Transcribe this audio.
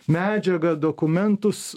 medžiagą dokumentus